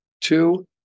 Two